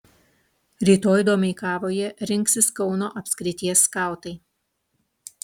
rytoj domeikavoje rinksis kauno apskrities skautai